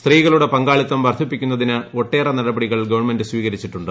സ്ത്രീകളുടെ പങ്കാളിത്തം വർദ്ധിപ്പിക്കുന്നതിന് ഒട്ടേറെ നടപടികൾ ഗവണ്മെന്റ് സ്വീകരിച്ചിട്ടുണ്ട്